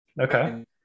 Okay